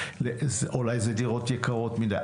אולי אלה דירות יקרות מדי?